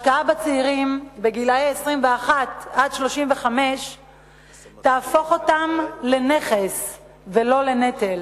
השקעה בצעירים גילאי 21 35 תהפוך אותם לנכס ולא לנטל.